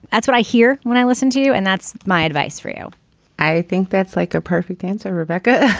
that's what i hear when i listen to you and that's my advice for you i think that's like a perfect answer rebecca